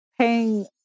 paying